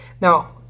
Now